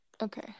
Okay